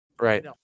right